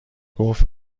گفت